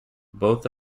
both